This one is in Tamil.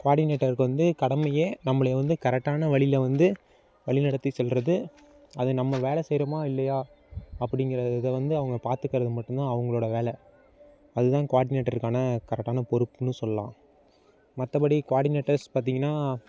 குவாடினேட்டருக்கு வந்து கடமையே நம்மள வந்து கரெக்டான வழியில் வந்து வழி நடத்தி செல்கிறது அது நம்ம வேலை செய்கிறமா இல்லையா அப்படிங்கறது இதை வந்து அவங்க வந்து பாத்துக்கிறது மட்டும்தான் அவங்களோட வேலை அதுதான் குவாடினேட்டருக்கான கரெக்டான பொறுப்புன்னு சொல்லாம் மற்றபடி குவாடினேட்டர்ஸ் பார்த்திங்கனா